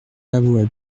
avoit